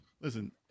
listen